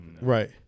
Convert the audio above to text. Right